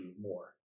more